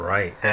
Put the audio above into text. Right